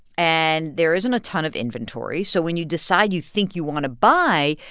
and there isn't a ton of inventory so when you decide you think you want to buy,